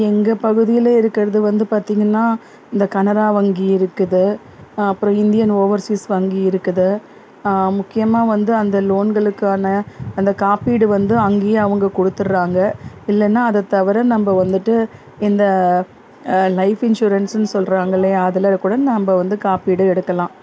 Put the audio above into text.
எங்கள் பகுதியில் இருக்கிறது வந்து பார்த்தீங்கன்னா இந்த கனரா வங்கி இருக்குது அப்புறம் இந்தியன் ஓவர்சீஸ் வங்கி இருக்குது முக்கியமாக வந்து அந்த லோன்களுக்கான அந்த காப்பீடு வந்து அங்கேயே அவங்க கொடுத்துர்றாங்க இல்லைன்னா அதை தவிர நம்ப வந்துட்டு இந்த லைஃப் இன்சூரன்ஸுன்னு சொல்கிறாங்க இல்லையா அதில் கூட நாம் வந்து காப்பீடு எடுக்கலாம்